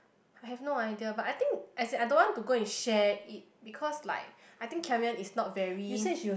I have no idea but I think as in I don't want to go and share it because like I think Karen is not very